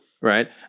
Right